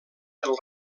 del